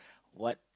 what